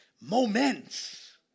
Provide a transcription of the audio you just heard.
moments